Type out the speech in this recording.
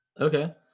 okay